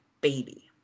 baby